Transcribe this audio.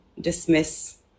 dismiss